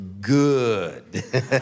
good